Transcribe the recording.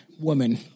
woman